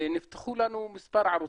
נפתחו לנו מספר ערוצים,